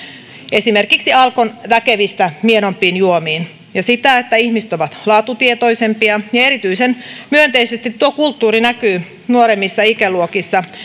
esimerkiksi alkon väkevistä miedompiin juomiin ja sitä että ihmiset ovat laatutietoisempia ja erityisen myönteisesti tuo kulttuuri näkyy nuoremmissa ikäluokissa